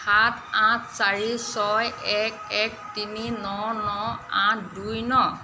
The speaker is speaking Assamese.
সাত আঠ চাৰি ছয় এক এক তিনি ন ন আঠ দুই ন